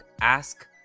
Ask